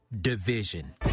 division